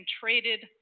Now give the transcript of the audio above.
traded